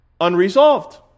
unresolved